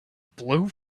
blue